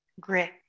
grit